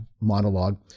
monologue